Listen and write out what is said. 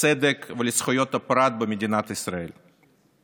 לצדק ולזכויות הפרט במדינת ישראל.